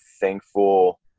thankful